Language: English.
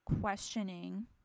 questioning